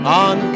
on